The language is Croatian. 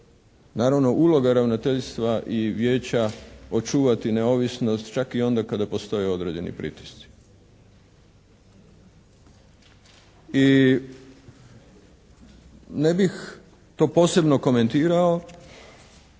naravno uloga ravnateljstva i vijeća očuvati i neovisnost čak i onda kada postoje određeni pritisci. I ne bih to posebno komentirao